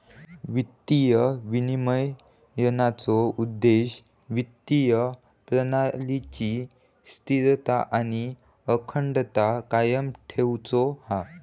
वित्तीय विनिमयनाचो उद्देश्य वित्तीय प्रणालीची स्थिरता आणि अखंडता कायम ठेउचो हा